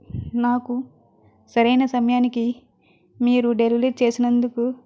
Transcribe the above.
నాకు సరైన సమయానికి మీరు డెలివరీ చేసినందుకు